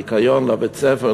ניקיון לבית-ספר,